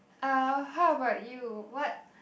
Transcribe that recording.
uh how about you what